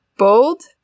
Bold